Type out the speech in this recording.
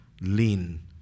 Lean